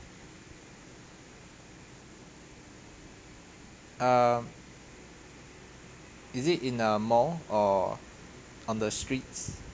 um is it in a mall or on the streets